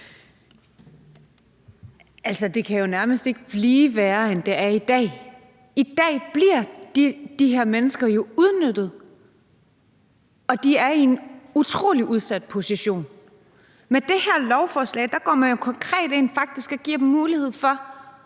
Altså, det kan jo nærmest ikke blive værre, end det er i dag. I dag bliver de her mennesker jo udnyttet, og de er i en utrolig udsat position. Med det her beslutningsforslag går man jo faktisk konkret ind og giver mulighed for